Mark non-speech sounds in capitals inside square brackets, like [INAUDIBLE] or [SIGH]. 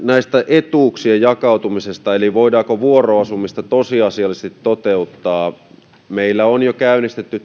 etuuksien jakautumisesta eli siitä voidaanko vuoroasumista tosiasiallisesti toteuttaa meillä on jo käynnistetty [UNINTELLIGIBLE]